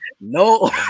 No